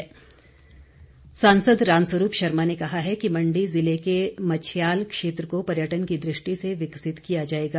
रामस्वरूप सांसद रामस्वरूप शर्मा ने कहा है कि मण्डी जिले के मच्छयाल क्षेत्र को पर्यटन की दृष्टि से विकसित किया जाएगा